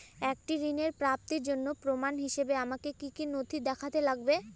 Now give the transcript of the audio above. একটি ঋণ প্রাপ্তির জন্য প্রমাণ হিসাবে আমাকে কী কী নথি দেখাতে হবে?